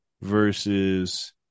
versus